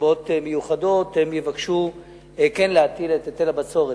ומסיבות מיוחדות הם כן יבקשו להטיל את היטל הבצורת.